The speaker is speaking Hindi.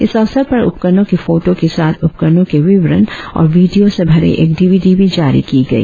इस अवसर पर उपकरणों के फोटों के साथ उपकरणों के विवरण और विडियों से भरे एक डी वी डी भी जारी की गई